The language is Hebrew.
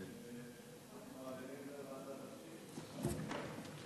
אנחנו מעבירים את לזה לוועדת הפנים?